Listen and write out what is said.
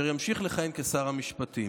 אשר ימשיך לכהן כשר המשפטים.